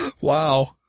Wow